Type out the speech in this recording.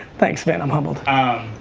thanks, man, i'm humbled.